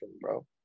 bro